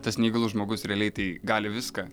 tas neįgalus žmogus realiai tai gali viską